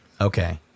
okay